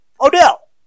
Odell